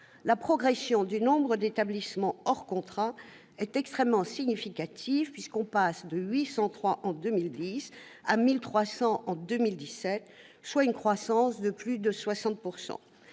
La progression du nombre d'établissements hors contrat est extrêmement significative : nous passons de 803 en 2010 à 1 300 en 2017, soit une croissance de plus de 60 %.